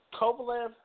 Kovalev